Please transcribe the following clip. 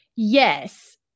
Yes